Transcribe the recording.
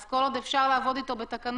אז כל עוד אפשר לעבוד איתו בתקנות,